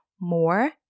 more